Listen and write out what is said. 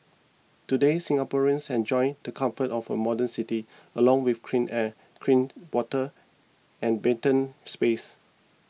today Singaporeans enjoy the comforts of a modern city along with clean air clean water and verdant spaces